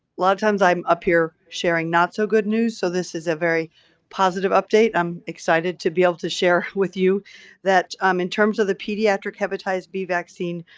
lot of times i'm up here sharing not so good news. so, this is a very positive update. i'm excited to be able to share with you that um in terms of the pediatric hepatitis b vaccine,